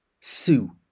sue